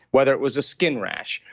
whether it was a skin rash,